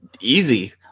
easy